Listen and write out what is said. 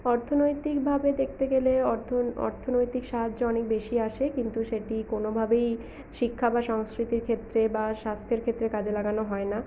অর্থনৈতিকভাবে দেখতে গেলে অর্থনৈতিক সাহায্য অনেক বেশি আসে কিন্তু সেটি কোনোভাবেই শিক্ষা বা সংস্কৃতির ক্ষেত্রে বা স্বাস্থ্যের ক্ষেত্রে কাজে লাগানো হয় না